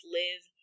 live